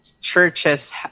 churches